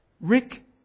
Rick